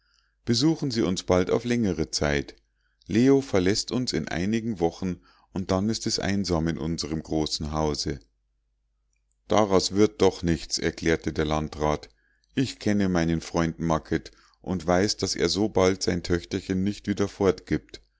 besuchen sie uns bald auf längere zeit leo verläßt uns in einigen wochen und dann ist es einsam in unsrem großen hause daraus wird doch nichts erklärte der landrat ich kenne meinen freund macket und weiß daß er so bald sein töchterchen nicht wieder